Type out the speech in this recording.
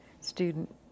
student